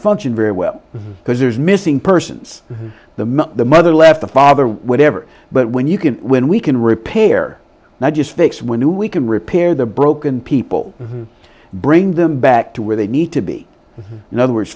function very well because there's missing persons the the mother left the father whatever but when you can when we can repair not just fix when you we can repair the broken people bring them back to where they need to be in other words